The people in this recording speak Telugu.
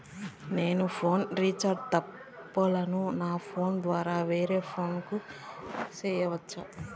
నేను ఫోను రీచార్జి తప్పులను నా ఫోను ద్వారా వేరే ఫోను కు సేయొచ్చా?